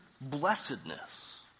blessedness